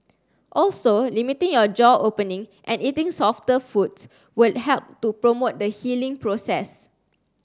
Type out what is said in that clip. also limiting your jaw opening and eating softer foods will help to promote the healing process